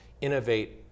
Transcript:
innovate